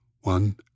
one